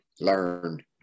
learn